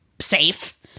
safe